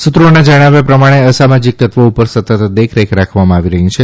સૂત્રોના જણાવ્યા પ્રમાણે અસામાજીક તત્વી ઉપર સતત દેખરેખ રાખવામાં આવી રહી છે